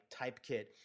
Typekit